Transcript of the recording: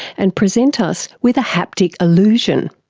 and present us with a haptic illusion.